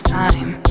time